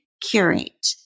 curate